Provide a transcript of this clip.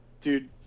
dude